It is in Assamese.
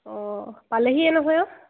অঁ পালেহি এ নহয়